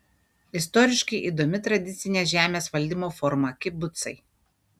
istoriškai įdomi tradicinė žemės valdymo forma kibucai